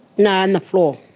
nah on the floor.